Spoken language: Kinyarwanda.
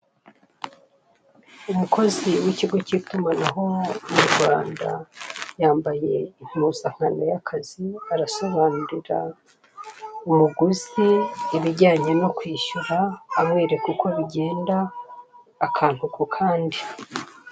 Umukozi w'ikigo cy'itumanaho mu Rwanda yambaye impuzankano y'akazi, arasobanurira umuguzi ibijyanye no kwishyura abereka uko bigenda akantu ku kandi.